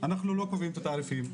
אנחנו לא קובעים את התעריפים,